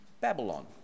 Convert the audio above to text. Babylon